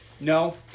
No